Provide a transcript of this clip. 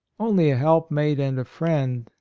only a help mate and a friend,